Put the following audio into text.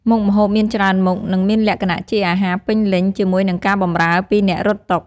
មុខម្ហូបមានច្រើនមុខ និងមានលក្ខណៈជាអាហារពេញលេញ ជាមួយនឹងការបម្រើពីអ្នករត់តុ។